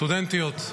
סטודנטיות,